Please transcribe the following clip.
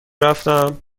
رفتم